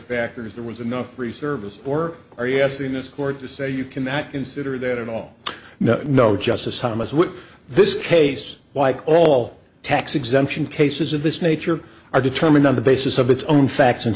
factors there was enough free service or are you asking this court to say you cannot consider that at all no no justice thomas with this case like all tax exemption cases of this nature are determined on the basis of its own facts and